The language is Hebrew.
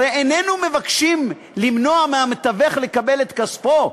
הרי איננו מבקשים למנוע מהמתווך לקבל את כספו.